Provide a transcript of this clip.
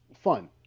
fun